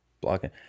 blocking